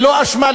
ללא אשמה,